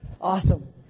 Awesome